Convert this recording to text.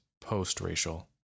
post-racial